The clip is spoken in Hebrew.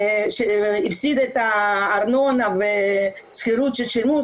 הפסידה את הארנונה והשכירות ששילמו,